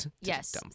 yes